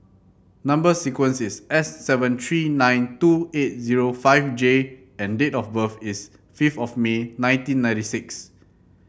number sequence is S seven three nine two eight zero five J and date of birth is fifth of May nineteen ninety six